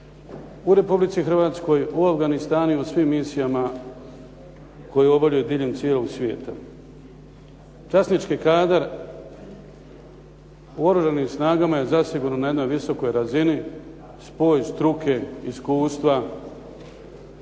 u Republici Hrvatskoj, u Afganistanu i u svim misijama koje obavljaju diljem cijelog svijeta. Časnički kadar u Oružanim snagama je zasigurno na jednoj visokoj razini, spoj struke, iskustva,